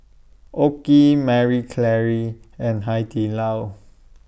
OKI Marie Claire and Hai Di Lao